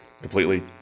completely